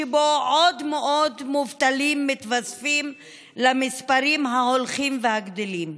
שבו עוד ועוד מובטלים מתווספים למספרים ההולכים והגדלים,